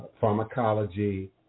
pharmacology